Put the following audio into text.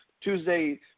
Tuesday